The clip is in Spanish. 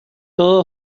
todo